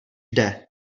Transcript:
jde